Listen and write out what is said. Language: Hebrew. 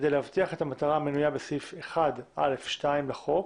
כדי להבטיח את המטרה המנויה בסעיף 1(א2) לחוק: